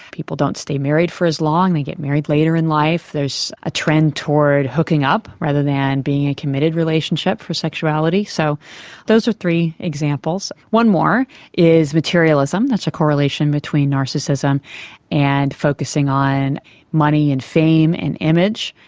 people don't stay married for as long, they get married later in life. there's a trend toward hooking up rather than being in a committed relationship for sexuality. so those are three examples. one more is materialism, that's a correlation between narcissism and focusing on money and fame and image.